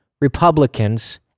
Republicans